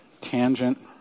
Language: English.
tangent